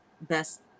best